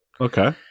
Okay